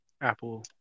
apple